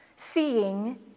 Seeing